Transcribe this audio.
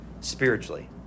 spiritually